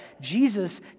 Jesus